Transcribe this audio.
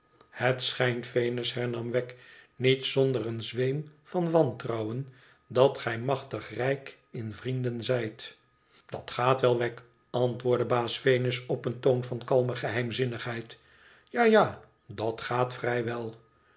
het schijnt venus hernam wegg niet zonder een zweem van wantrouwen t dat gij machtig rijk in vrienden zijt idat aat wèl wegg antwoordde baas venus op een toon van kalme geheimzinnigheid ja ja dat gaat vrij